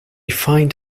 find